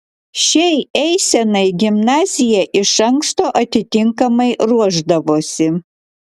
šiai eisenai gimnazija iš anksto atitinkamai ruošdavosi